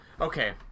okay